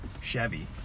Chevy